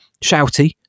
shouty